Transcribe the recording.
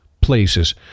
places